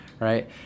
right